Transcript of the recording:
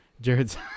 Jared's